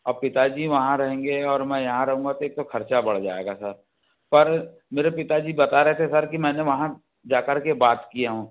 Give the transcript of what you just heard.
अब पिता जी वहाँ रहेंगे और मैं यहाँ रहूँगा तो एक तो खर्चा बढ़ जाएगा सर पर मेरे पिता जी बता रहे थे सर की मैंने वहाँ जा कर के बात किया हूँ